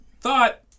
thought